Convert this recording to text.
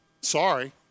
Sorry